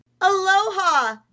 Aloha